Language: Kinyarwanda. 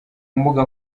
mbuga